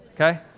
Okay